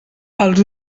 els